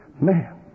Man